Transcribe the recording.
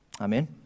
Amen